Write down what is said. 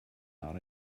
are